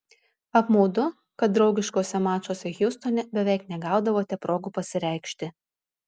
apmaudu kad draugiškuose mačuose hjustone beveik negaudavote progų pasireikšti